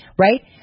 right